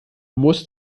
muss